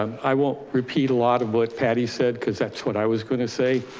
i won't repeat a lot of what patty said, cause that's what i was going to say,